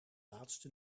laatste